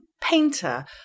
painter